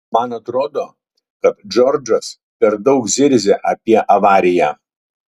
man atrodo kad džordžas per daug zirzia apie avariją